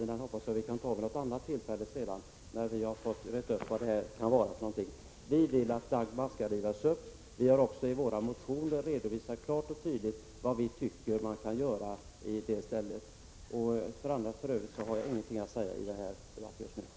Jag hoppas att vi kan föra den debatten vid ett annat tillfälle, när vi har rett ut frågorna. Folkpartiet vill att Dagmar skall rivas upp. Vi har också i våra motioner klart och tydligt redovisat vad som kan göras i stället. För övrigt har jag ingenting att säga i denna debatt just nu.